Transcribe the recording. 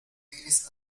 various